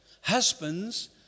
Husbands